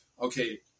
Okay